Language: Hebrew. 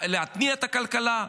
להתניע את הכלכלה.